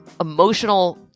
emotional